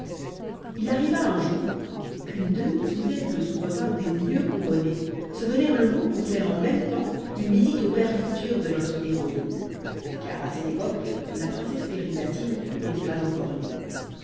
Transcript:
il arriva un jour qu'une demi-douzaine de souverains des mieux couronnés se donnèrent le mot pour faire en même temps une visite au père futur de notre héroïne car à cette époque la princesse pirlipatine n'était pas encore née